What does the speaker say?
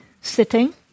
sitting